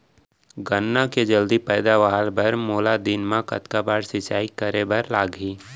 गन्ना के जलदी पैदावार बर, मोला दिन मा कतका बार सिंचाई करे बर लागही?